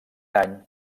any